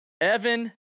Evan